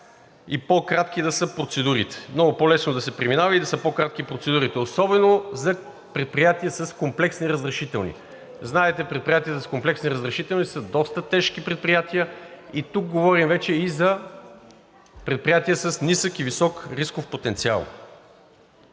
едно гише и да може много по-лесно и по-кратки да са процедурите, особено за предприятия с комплексни разрешителни. Знаете, предприятията с комплексни разрешителни са доста тежки предприятия и тук говорим вече за предприятия с нисък и висок рисков потенциал.